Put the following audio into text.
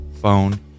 phone